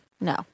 no